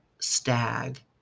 stag